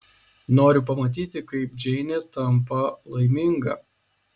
noriu pamatyti kaip džeinė tampa laiminga